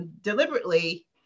deliberately